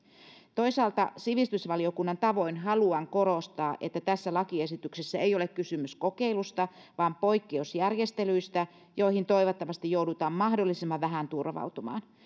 toisaalta sivistysvaliokunnan tavoin haluan korostaa että tässä lakiesityksessä ei ole kysymys kokeilusta vaan poikkeusjärjestelyistä joihin toivottavasti joudutaan mahdollisimman vähän turvautumaan